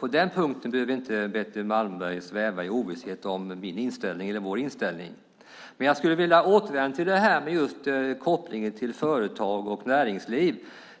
På den punkten behöver inte Betty Malmberg sväva i ovisshet om vår inställning. Men jag skulle vilja återvända till kopplingen till företag och näringsliv.